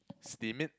steam it